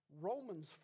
Romans